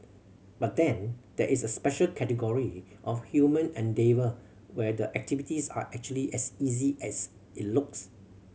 but then there is a special category of human endeavour where the activities are actually as easy as it looks